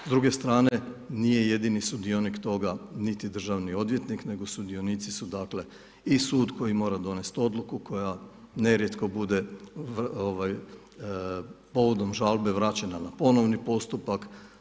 S druge strane, nije jedini sudionik toga niti državni odvjetnik, nego sudionici su i sud koji mora donijet odluku koja nerijetko bude povodom žalbe vraćena na ponovni postupak.